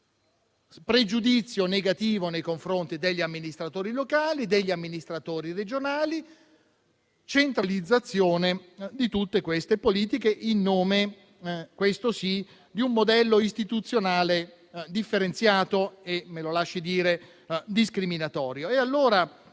pregiudizio negativo nei confronti degli amministratori locali e degli amministratori regionali e la centralizzazione di tutte queste politiche in nome, questo sì, di un modello istituzionale differenziato e - mi sia consentito dirlo - discriminatorio.